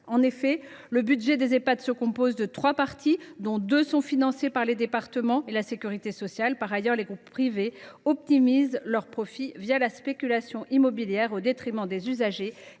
En effet, le budget des Ehpad se compose de trois parties, dont deux sont respectivement financées par les départements et par la sécurité sociale. Par ailleurs, les groupes privés optimisent leur profit la spéculation immobilière au détriment des usagers